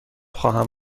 خواهم